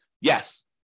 Yes